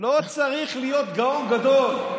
לא צריך להיות גאון גדול.